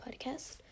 podcast